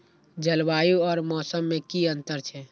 जलवायु और मौसम में कि अंतर छै?